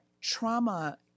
trauma